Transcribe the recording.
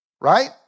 Right